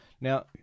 Now